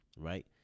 Right